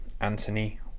Anthony